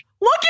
look